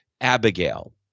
Abigail